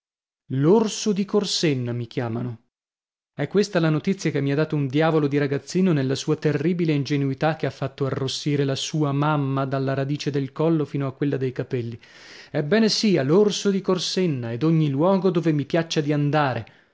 l'orso di corsenna mi chiamano è questa la notizia che mi ha dato un diavolo di ragazzino nella sua terribile ingenuità che ha fatta arrossire la sua mamma dalla radice del collo fino a quella dei capelli ebbene sia l'orso di corsenna e d'ogni luogo dove mi piaccia di andare